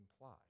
implied